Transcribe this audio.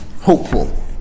Hopeful